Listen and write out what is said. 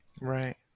right